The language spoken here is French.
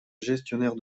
gestionnaire